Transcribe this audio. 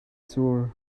sur